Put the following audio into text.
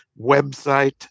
website